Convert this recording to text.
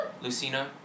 Lucina